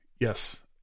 Yes